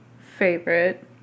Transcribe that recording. favorite